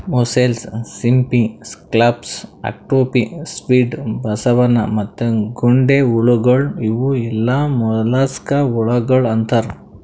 mussels, ಸಿಂಪಿ, scallops, octopi, squid, ಬಸವನ ಮತ್ತ ಗೊಂಡೆಹುಳಗೊಳ್ ಇವು ಎಲ್ಲಾ ಮೊಲಸ್ಕಾ ಹುಳಗೊಳ್ ಅಂತಾರ್